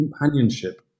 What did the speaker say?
companionship